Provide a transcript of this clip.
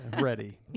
ready